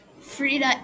Frida